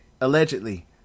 allegedly